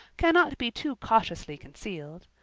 cannot be too cautiously concealed.